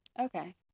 Okay